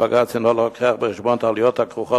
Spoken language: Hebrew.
הבג"ץ אינו מביא בחשבון את העלויות הכרוכות